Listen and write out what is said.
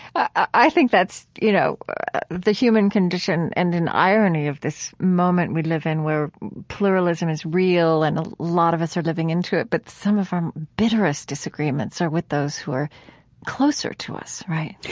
i think that's you know the human condition and an irony of this moment we live in where pluralism is real and a lot of us are living into it. but some of our bitterest disagreements are with those who are closer to us, right?